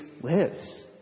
lives